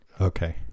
Okay